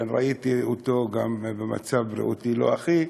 וגם ראיתי אותו גם במצב בריאותי לא הכי,